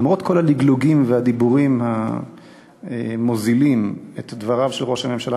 למרות כל הלגלוגים והדיבורים המוזילים על דבריו של ראש הממשלה,